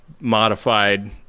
modified